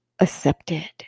accepted